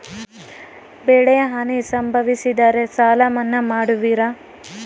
ಬೆಳೆಹಾನಿ ಸಂಭವಿಸಿದರೆ ಸಾಲ ಮನ್ನಾ ಮಾಡುವಿರ?